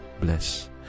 bless